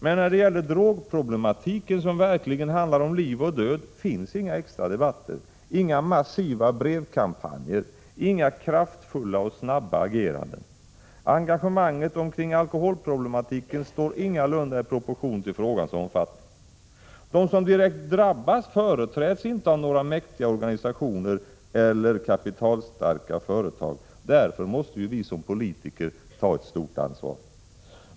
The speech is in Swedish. Men när det gäller drogproblematiken, som verkligen handlar om liv och död, finns inga extradebatter, inga massiva brevkampanjer, inga kraftfulla och snabba ageranden. Engagemanget omkring alkoholproblematiken står ingalunda i proportion till frågans omfattning. De som direkt drabbas företräds inte av några mäktiga organisationer eller kapitalstarka företag. Därför måste vi som politiker ta ett stort ansvar.